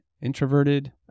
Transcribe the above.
introverted